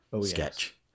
sketch